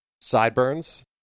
sideburns